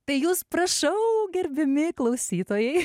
tai jūs prašau gerbiami klausytojai